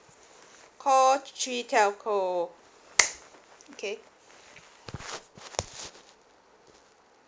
call three telco okay